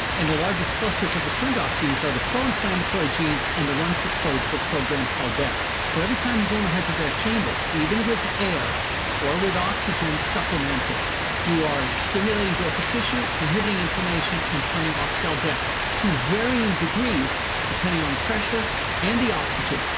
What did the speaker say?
and the largest clusters of the turned off genes are the pro-inflammatory genes and the ones they code for programmed cell death so every time you go in a hyperbaric chamber, even with air or with oxygen, supplement it you are stimulating growth of tissue, inhibiting inflammation and turning off cell death to varying degrees depending on the pressure and the oxygen,